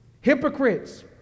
hypocrites